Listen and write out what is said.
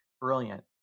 brilliant